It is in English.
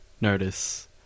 notice